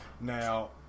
Now